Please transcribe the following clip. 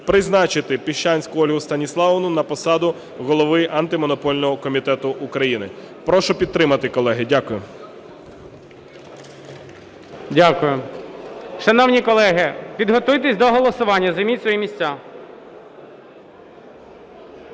призначити Піщанську Ольгу Станіславівну на посаду Голови Антимонопольного комітету України. Прошу підтримати, колеги. Дякую. ГОЛОВУЮЧИЙ. Дякую. Шановні колеги, підготуйтесь до голосування, займіть свої місця.